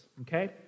Okay